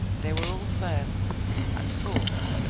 they were all firm and fawkes,